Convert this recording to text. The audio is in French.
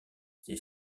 ses